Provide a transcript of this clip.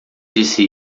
disse